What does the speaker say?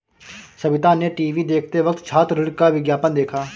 सविता ने टीवी देखते वक्त छात्र ऋण का विज्ञापन देखा